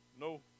no